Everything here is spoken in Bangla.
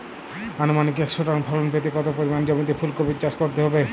আনুমানিক একশো টন ফলন পেতে কত পরিমাণ জমিতে ফুলকপির চাষ করতে হবে?